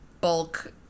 bulk